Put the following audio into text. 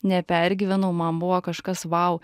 nepergyvenau man buvo kažkas vau